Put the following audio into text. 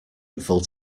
grateful